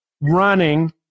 running